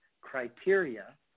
criteria